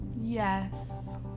Yes